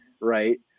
right